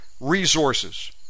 resources